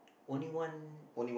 only one